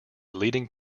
leading